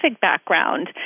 background